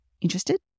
Interested